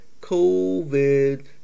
COVID